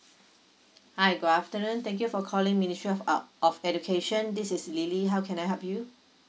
hi good afternoon thank you for calling ministry of ou~ of education this is lily how can I help you